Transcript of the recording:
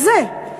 הזה.